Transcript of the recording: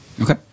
Okay